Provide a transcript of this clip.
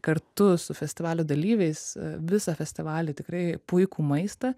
kartu su festivalio dalyviais visą festivalį tikrai puikų maistą